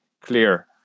clear